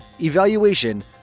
evaluation